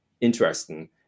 interesting